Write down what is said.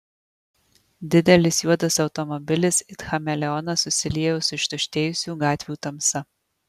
didelis juodas automobilis it chameleonas susiliejo su ištuštėjusių gatvių tamsa